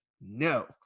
No